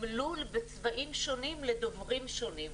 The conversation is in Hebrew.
תמלול בצבעים שונים לדוברים שונים.